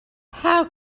how